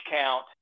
count